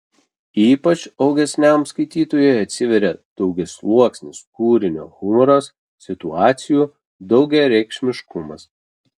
ypač augesniam skaitytojui atsiveria daugiasluoksnis kūrinio humoras situacijų daugiareikšmiškumas